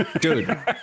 dude